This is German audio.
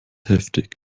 heftig